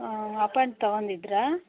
ಹಾಂ ಅಪಾಯಿಂಟ್ ತಗೊಂಡಿದ್ದಿರಾ